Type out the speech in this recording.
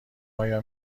آیا